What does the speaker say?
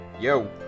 Yo